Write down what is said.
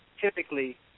typically